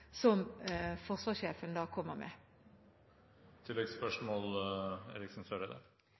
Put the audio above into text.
som forsvarssjefen da kommer med.